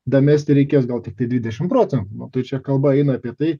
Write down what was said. damesti reikės gal tik tai dvidešim procentų nu tai čia kalba eina apie tai